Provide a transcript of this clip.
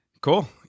Cool